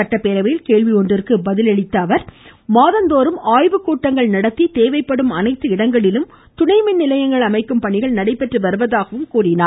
சட்டப்பேரவையில் இன்று கேள்வி நேரத்தின்போது இதனை தெரிவித்த அவர் மாதந்தோறும் ஆய்வுக்கூட்டங்கள் நடத்தி தேவைப்படும் அனைத்து இடங்களிலும் துணை மின் நிலையங்கள் அமைக்கும் பணிகள் நடைபெற்று வருவதாகவும் கூறினார்